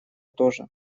тоже